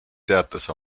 teatas